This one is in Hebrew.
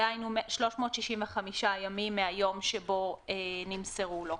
דהיינו 365 ימים מיום שבו נמסרו לו.